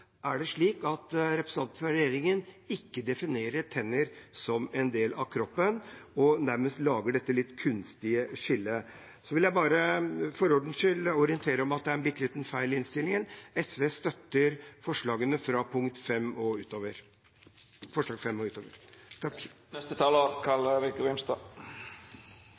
er det slik at en representant for et regjeringsparti ikke definerer tenner som en del av kroppen, og nærmest lager dette litt kunstige skillet? Så vil jeg bare for ordens skyld orientere om at det er en bitte liten feil i innstillingen. SV støtter forslagene nr. 5–8. Norsk tannhelse har hatt en positiv utvikling og